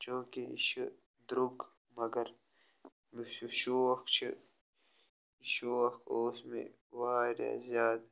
چوٗنٛکہِ یہِ چھُ درٛۅگ مگر یُس یہِ شوق چھُ یہِ شوق اوس مےٚ واریاہ زیادٕ